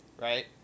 right